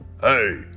Hey